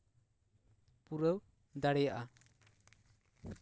ᱯᱩᱨᱟᱹᱣ ᱫᱟᱲᱮᱭᱟᱜᱼᱟ